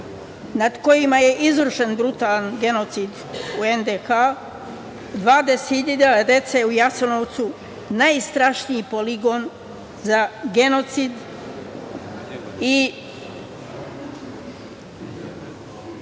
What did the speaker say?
nad kojima je izvršen brutalan genocid u NDH, 20 hiljada dece u Jasenovcu, najstrašniji poligon za genocid i